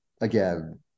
again